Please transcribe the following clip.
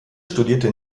studierte